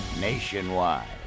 Nationwide